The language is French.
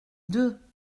deux